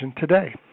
today